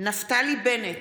נפתלי בנט,